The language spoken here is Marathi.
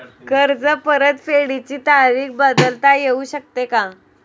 कर्ज परतफेडीची तारीख बदलता येऊ शकते का?